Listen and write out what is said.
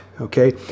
Okay